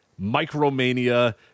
Micromania